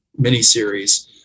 miniseries